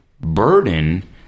burden